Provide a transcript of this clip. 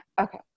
Okay